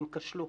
הן כשלו.